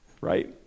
Right